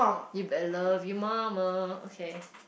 you better love your mama okay